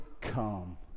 come